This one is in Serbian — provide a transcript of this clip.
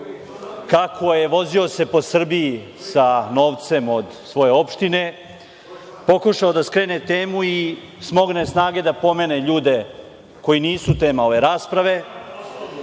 kako se vozio po Srbiji sa novcem od svoje opštine, pokušao da skrene temu i smogne snage da pomene ljude koji nisu tema ove rasprave. Takođe